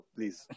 Please